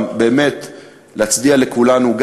באמת להצדיע לכולנו,